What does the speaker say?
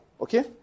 okay